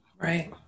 right